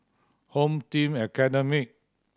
Home Team Academy